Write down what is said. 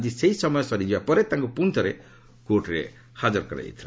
ଆଜି ସେହି ସମୟ ସରିଯିବା ପରେ ତାଙ୍କୁ ପୁଣିଥରେ କୋର୍ଟରେ ହାଜର କରାଯାଇଥିଲା